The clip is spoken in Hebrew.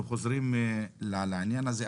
אנחנו חוזרים לעניין הזה,